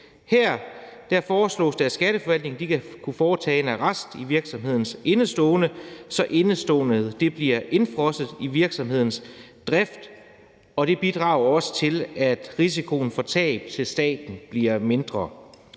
Her foreslås det, at Skatteforvaltningen skal kunne foretage en arrest i virksomhedens indestående, så indeståendet bliver indefrosset i virksomhedens drift. Det bidrager også til, at statens risiko for tab bliver mindre.